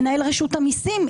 מנהל רשות המסים,